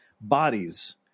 bodies